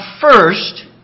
first